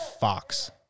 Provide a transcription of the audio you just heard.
fox